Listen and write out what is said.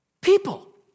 people